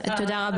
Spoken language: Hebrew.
תודה רבה.